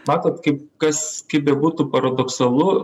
matot kaip kas kaip bebūtų paradoksalu